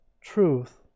truth